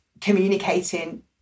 communicating